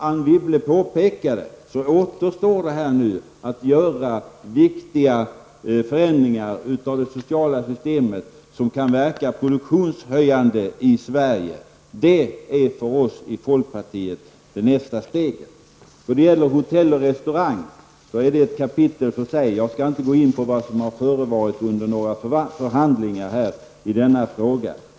Anne Wibble påpekade att nu återstår det att göra viktiga förändringar i det sociala systemet som kan verka produktionshöjande i Sverige. Detta är nästa steg för oss i folkpartiet. Hotell och restaurangbranschen är ett kapitel för sig. Jag skall inte gå in på vad som har förevarit under några förhandlingar i denna fråga.